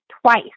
twice